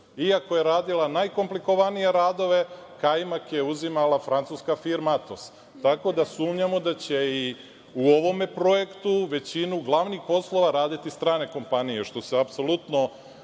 Iako je radila najkomplikovanije radove, kajmak je uzimala francuska firma Atos. Tako da, sumnjamo da će i u ovom projektu većinu glavnih poslova raditi strane kompanije, što se apsolutno